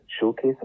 showcase